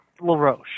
LaRoche